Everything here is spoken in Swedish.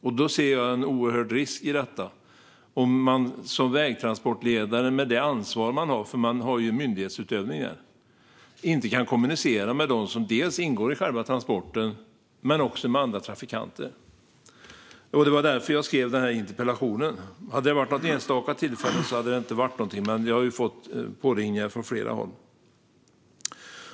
Jag ser en oerhörd risk om man som vägtransportledare med det ansvar man har - det handlar ju om myndighetsutövning - inte kan kommunicera med dem som ingår i själva transporten eller med andra trafikanter. Det var därför jag skrev interpellationen. Om det bara handlade om något enstaka tillfälle hade det inte varit något att ta upp, men jag har fått påringningar från flera håll.